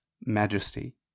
majesty